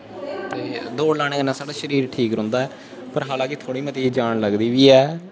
दौड़ लाने कन्नै साढ़ा शरीर ठीक रौंह्दा ऐ पर हालां'के थोह्ड़ी मती जान लगदी बी ऐ